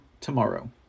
tomorrow